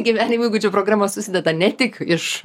gyvenimo įgūdžių programa susideda ne tik iš